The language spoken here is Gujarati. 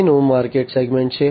પછીનું માર્કેટ સેગમેન્ટ છે